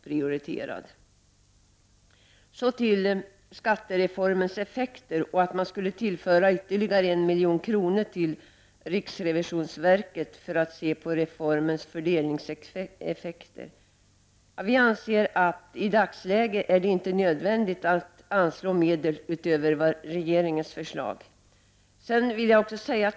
Jag övergår så till frågan om skattereformens effekter och förslaget att riksrevisionsverket skulle tillföras ytterligare 1 milj.kr. för att se på reformens fördelningseffekter. Vi anser att det i dagsläget inte är nödvändigt att anslå medel utöver regeringens förslag.